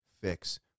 fix